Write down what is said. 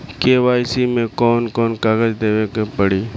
KYC मे कौन कौन कागज देवे के पड़ी?